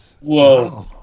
Whoa